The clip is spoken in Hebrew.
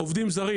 עובדים זרים